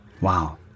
Wow